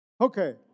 Okay